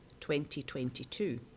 2022